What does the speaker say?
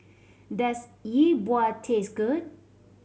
does Yi Bua taste good